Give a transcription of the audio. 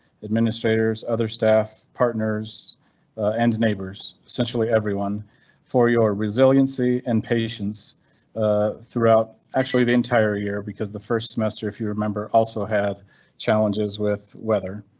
administrators, other staff partners end neighbors. essentially everyone for your resiliency and patience throughout. actually the entire year because the first semester, if you remember, also had challenges with weather.